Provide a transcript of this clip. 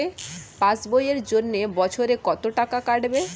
Pass বইয়ের জন্য বছরে কত টাকা কাটবে?